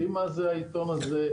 יודעים מה זה העיתון הזה.